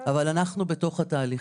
אבל אנחנו בתוך התהליך.